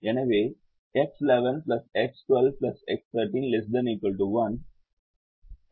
எனவே X11X12X13 ≤ 1 X212223 ≤ 1 மற்றும் பல